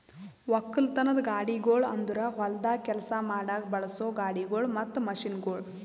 ಒಕ್ಕಲತನದ ಗಾಡಿಗೊಳ್ ಅಂದುರ್ ಹೊಲ್ದಾಗ್ ಕೆಲಸ ಮಾಡಾಗ್ ಬಳಸೋ ಗಾಡಿಗೊಳ್ ಮತ್ತ ಮಷೀನ್ಗೊಳ್